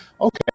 Okay